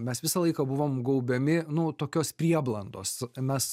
mes visą laiką buvom gaubiami nu tokios prieblandos mes